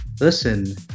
listen